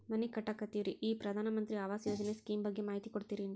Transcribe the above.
ಮನಿ ಕಟ್ಟಕತೇವಿ ರಿ ಈ ಪ್ರಧಾನ ಮಂತ್ರಿ ಆವಾಸ್ ಯೋಜನೆ ಸ್ಕೇಮ್ ಬಗ್ಗೆ ಮಾಹಿತಿ ಕೊಡ್ತೇರೆನ್ರಿ?